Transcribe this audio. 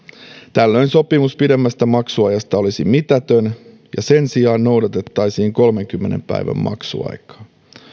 tällöin sopimus pidemmästä maksuajasta olisi mitätön ja sen sijaan noudatettaisiin kolmenkymmenen päivän maksuaikaa